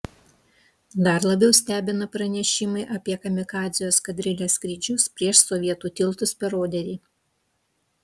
dar labiau stebina pranešimai apie kamikadzių eskadrilės skrydžius prieš sovietų tiltus per oderį